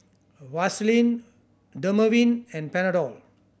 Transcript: Vaselin Dermaveen and Panadol